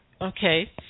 Okay